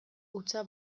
hutsa